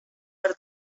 per